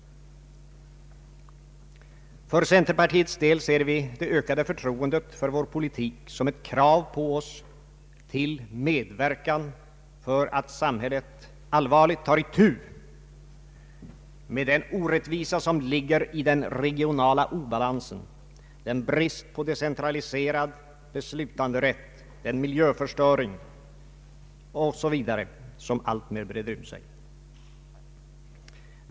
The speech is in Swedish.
För centerpartiets del ser vi det ökade förtroendet för vår politik som ett krav på oss till medverkan för att samhället allvarligt tar itu med den orättvisa som ligger i den regionala obalansen, den brist på decentraliserad beslutanderätt, den miljöförstöring o.s.v. som alltmer uppfattas som stora problem.